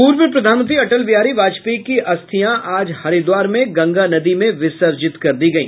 पूर्व प्रधानमंत्री अटल बिहारी वाजपेयी की अस्थियां आज हरिद्वार में गंगा नदी में विसिर्जत कर दी गई